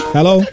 Hello